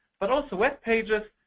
but also web pages.